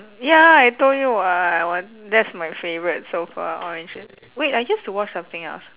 ya I told you [what] I want that's my favourite so far orange wait I used to watch something else